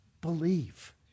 believe